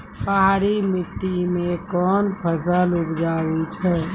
पहाड़ी मिट्टी मैं कौन फसल उपजाऊ छ?